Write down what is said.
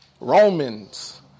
Romans